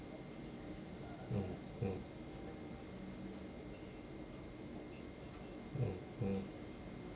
mm mm mm mm